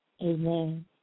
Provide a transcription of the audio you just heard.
Amen